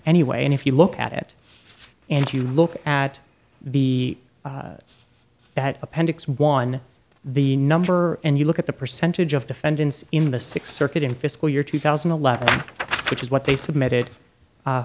anyway and if you look at it and you look at the us had appendix one the number and you look at the percentage of defendants in the sixth circuit in fiscal year two thousand and eleven which is what they submitted